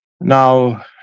Now